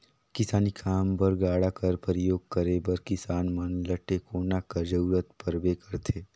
किसानी काम बर गाड़ा कर परियोग करे बर किसान मन ल टेकोना कर जरूरत परबे करथे